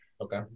Okay